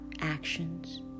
actions